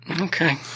Okay